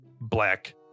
black